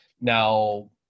Now